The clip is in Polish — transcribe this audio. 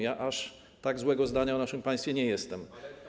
Ja aż tak złego zdania o naszym państwie nie mam.